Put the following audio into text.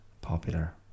popular